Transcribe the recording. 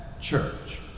church